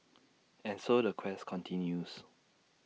and so the quest continues